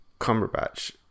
Cumberbatch